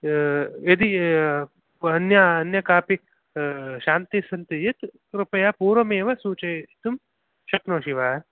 यदि अन्या अन्य काऽपि शान्तिः सन्ति चेत् कृपया पूर्वमेव सूचयितुं शक्नोषि वा